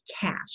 cash